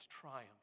triumph